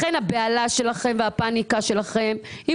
לכן הבהלה והפאניקה שלכם מובנת.